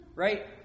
Right